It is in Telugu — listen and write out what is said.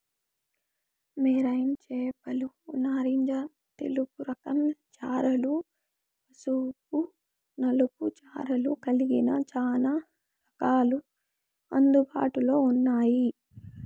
మెరైన్ చేపలు నారింజ తెలుపు రకం చారలు, పసుపు నలుపు చారలు కలిగిన చానా రకాలు అందుబాటులో ఉన్నాయి